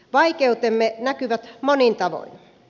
vaikeutemme näkyvät monin tavoin